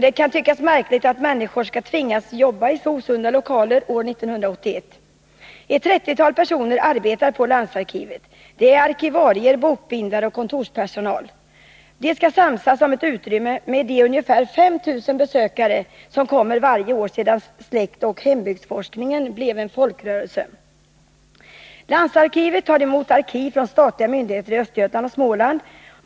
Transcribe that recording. Det kan tyckas märkligt att människor skall tvingas jobba i så osunda lokaler år 1981. Ett trettiotal personer arbetar på landsarkivet. Det är arkivarier, bokbindare och kontorspersonal. De skall samsas om utrymmet med de ungefär 5 000 besökare som kommer varje år sedan släktoch hembygdsforskningen blev en folkrörelse. Landsarkivet tar emot arkiv från statliga myndigheter i Östergötland och Småland.